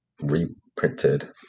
reprinted